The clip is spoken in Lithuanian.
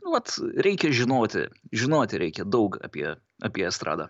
nu vat reikia žinoti žinoti reikia daug apie apie estradą